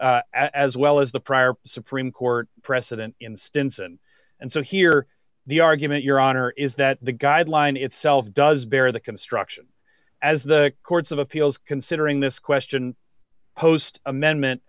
decision as well as the prior supreme court precedent instance and and so here the argument your honor is that the guideline itself does bear the construction as the courts of appeals considering this question posed amendment